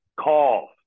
calls